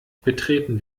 betreten